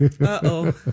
Uh-oh